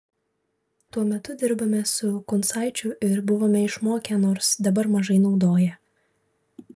tuo metu dirbome su kuncaičiu ir buvome išmokę nors dabar mažai naudoja